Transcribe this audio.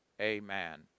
Amen